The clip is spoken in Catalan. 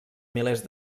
milers